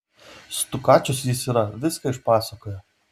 stukačius jis yra viską išpasakojo